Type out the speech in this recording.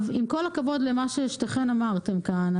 עם כל הכבוד למה ששתיכן אמרתן כאן,